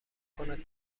کند